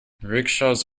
rickshaws